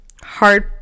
hard